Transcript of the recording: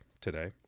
today